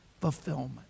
fulfillment